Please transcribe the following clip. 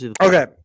Okay